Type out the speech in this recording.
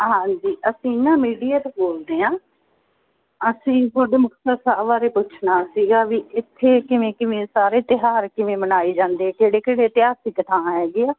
ਹਾਂਜੀ ਅਸੀਂ ਨਾ ਮੀਡੀਆ ਤੋਂ ਬੋਲਦੇ ਹਾਂ ਅਸੀਂ ਤੁਹਾਡੇ ਮੁਕਤਸਰ ਸਾਹਿਬ ਬਾਰੇ ਪੁੱਛਣਾ ਸੀਗਾ ਵੀ ਇੱਥੇ ਕਿਵੇਂ ਕਿਵੇਂ ਸਾਰੇ ਤਿਉਹਾਰ ਕਿਵੇਂ ਮਨਾਏ ਜਾਂਦੇ ਕਿਹੜੇ ਕਿਹੜੇ ਇਤਿਹਾਸਿਕ ਥਾਂ ਹੈਗੇ ਆ